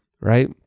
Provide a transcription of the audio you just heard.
right